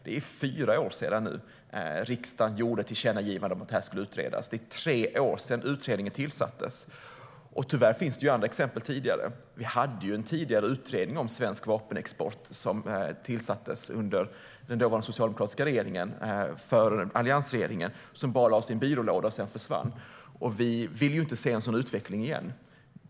Det är nu fyra år sedan riksdagen gjorde ett tillkännagivande om att detta skulle utredas, och det är tre år sedan utredningen tillsattes. Tyvärr finns det andra exempel tidigare. Vi hade ju en utredning om svensk vapenexport som tillsattes under den dåvarande socialdemokratiska regering som satt före alliansregeringen. Den lades bara i en byrålåda och försvann. Vi vill ju inte se en sådan utveckling igen.